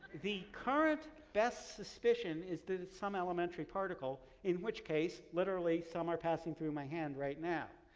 the current best suspicion is that it's some elementary particle, in which case literally some are passing through my hand right now.